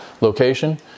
location